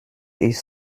ist